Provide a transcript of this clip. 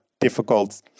difficult